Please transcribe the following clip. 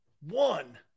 One